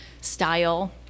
style